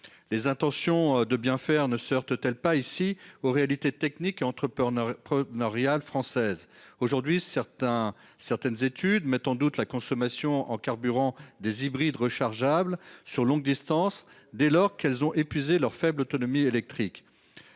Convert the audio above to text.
La volonté de bien faire ne se heurte-t-elle pas aux réalités techniques et entrepreneuriales françaises ? Certaines études mettent en doute la consommation en carburant des véhicules hybrides rechargeables sur longue distance, dès lors qu'ils ont épuisé leur faible autonomie électrique.